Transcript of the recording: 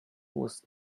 was